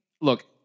look